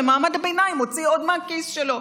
ומעמד הביניים מוציא עוד מהכיס שלו.